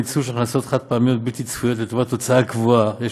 ניצול של הכנסות חד-פעמיות ובלתי צפויות לטובת הוצאה קבועה,